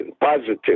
Positive